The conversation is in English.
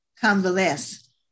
convalesce